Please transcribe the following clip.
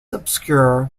obscure